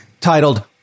titled